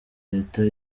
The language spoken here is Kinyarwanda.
leta